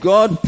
God